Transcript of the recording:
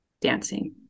dancing